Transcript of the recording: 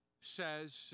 says